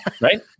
right